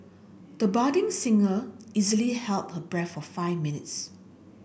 the budding singer easily held her breath for five minutes